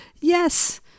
yes